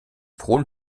frohen